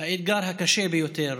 האתגר הקשה ביותר